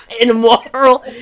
immoral